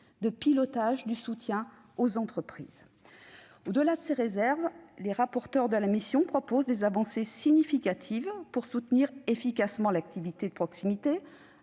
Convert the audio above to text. de pilotage du soutien aux entreprises. Au-delà de ces réserves, les rapporteurs spéciaux proposent des avancées significatives pour soutenir efficacement l'activité de proximité,